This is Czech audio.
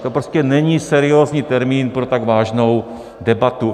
To prostě není seriózní termín pro tak vážnou debatu.